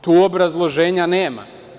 Tu obrazloženja nema.